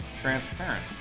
Transparent